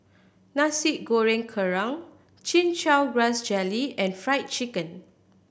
Nasi Goreng Kerang Chin Chow Grass Jelly and Fried Chicken